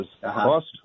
cost